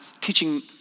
teaching